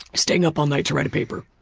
staying up all night to write a paper.